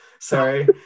Sorry